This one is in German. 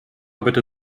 bitte